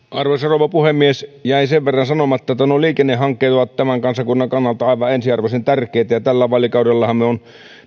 arvoisa rouva puhemies jäi sen verran sanomatta että nuo liikennehankkeet ovat tämän kansakunnan kannalta aivan ensiarvoisen tärkeitä ja ja tällä vaalikaudellahan me olemme